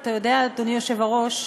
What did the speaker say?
אתה יודע, אדוני היושב-ראש,